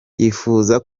yifuza